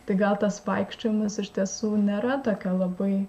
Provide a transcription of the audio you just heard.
tai gal tas vaikščiojimas iš tiesų nėra tokia labai